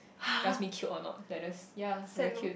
ask me cute or not then I just ya very cute